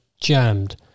jammed